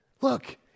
Look